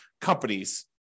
companies